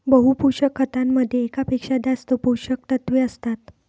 बहु पोषक खतामध्ये एकापेक्षा जास्त पोषकतत्वे असतात